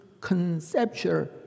conceptual